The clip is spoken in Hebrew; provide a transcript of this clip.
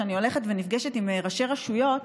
כשאני הולכת ונפגשת עם ראשי רשויות,